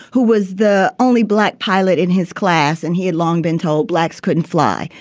who was the only black pilot in his class, and he had long been told blacks couldn't fly.